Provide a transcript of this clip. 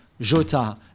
Jota